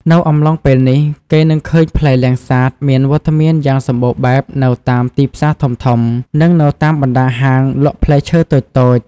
នៅអំឡុងពេលនេះ គេនឹងឃើញផ្លែលាំងសាតមានវត្តមានយ៉ាងសម្បូរបែបនៅតាមទីផ្សារធំៗ និងនៅតាមបណ្ដាលហាងលក់ផ្លែឈើតូចៗ។